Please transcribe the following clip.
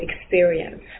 experience